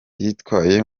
yitwaye